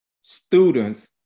students